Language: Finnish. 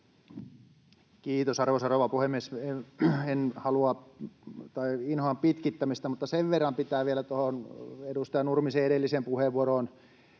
Kiitos, arvoisa rouva puhemies! Inhoan pitkittämistä, mutta sen verran pitää vielä tuohon edustaja Nurmisen edelliseen puheenvuoroon